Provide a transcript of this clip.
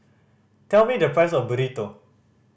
tell me the price of Burrito